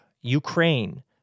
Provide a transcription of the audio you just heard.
Ukraine